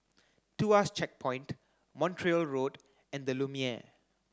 Tuas Checkpoint Montreal Road and The Lumiere